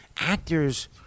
Actors